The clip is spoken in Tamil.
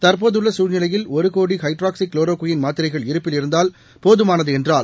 தற்போதுள்ள சசூழ்நிலையில் ஒரு கோடி ஹைட்ராக்சிகுளோரோகுயின் மாத்திரைகள் இருப்பில் இருந்தால் போதுமானது என்றார்